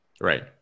Right